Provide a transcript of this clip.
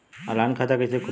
Online खाता कइसे खुली?